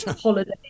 holiday